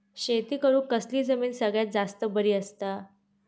शेती करुक कसली जमीन सगळ्यात जास्त बरी असता?